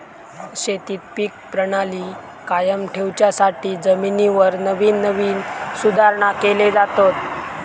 शेतीत पीक प्रणाली कायम ठेवच्यासाठी जमिनीवर नवीन नवीन सुधारणा केले जातत